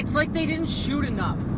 like they didn't shoot enough.